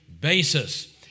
basis